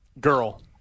Girl